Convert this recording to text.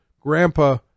grandpa